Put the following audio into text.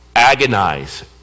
Agonize